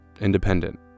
independent